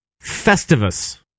Festivus